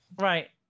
Right